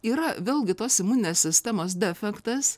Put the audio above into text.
yra vėlgi tos imuninės sistemos defektas